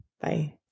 Bye